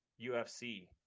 UFC